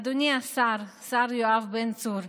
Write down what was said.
אדוני השר, השר יואב בן צור,